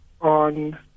on